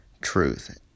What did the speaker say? truth